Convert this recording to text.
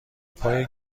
پای